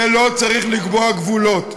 ולא צריך לקבוע גבולות.